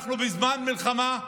אנחנו בזמן מלחמה,